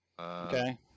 Okay